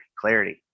clarity